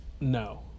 No